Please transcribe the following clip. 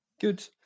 Good